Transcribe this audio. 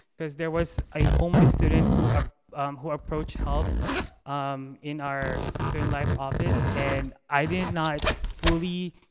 cause there was a homeless student who ah who approached help um in our student life office. and i did not fully,